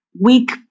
weak